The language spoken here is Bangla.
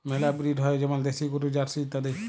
মেলা ব্রিড হ্যয় যেমল দেশি গরু, জার্সি ইত্যাদি